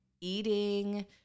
eating